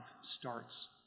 starts